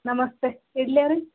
ನಮಸ್ತೆ ಇಡಲೇ ರೀ